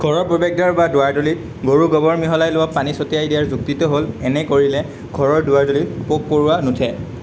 ঘৰৰ প্ৰৱেশদ্বাৰ বা দুৱাৰদলিত গৰু গোবৰ মিহলাই লোৱা পানী ছটিয়াই দিয়াৰ যুক্তিটো হ'ল এনে কৰিলে ঘৰৰ দুৱাৰদলিত পোক পৰুৱা নুঠে